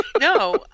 No